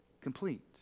complete